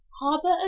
harbour